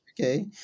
Okay